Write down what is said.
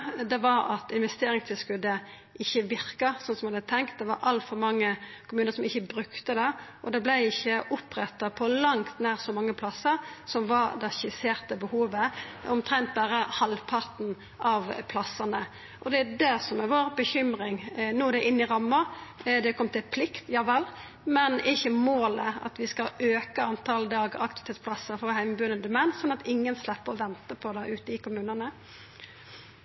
at investeringstilskotet ikkje verka sånn som ein hadde tenkt. Det var altfor mange kommunar som ikkje brukte det. Det vart ikkje oppretta på langt nær så mange plassar som var det skisserte behovet, omtrent berre halvparten. Og det er det som er vår bekymring. No er det inne i ramma, det har kome ei plikt, ja vel, men er ikkje målet at vi skal auka talet på dagaktivitetsplassar for heimebuande med demens, slik at ein skal sleppa å venta på det ute i kommunane?